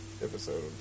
episode